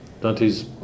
Dante's